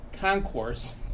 concourse